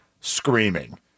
screaming